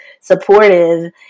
supportive